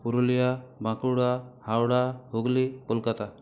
Purulia Bankura Howrah Hooghly Kolkata